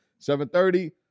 7.30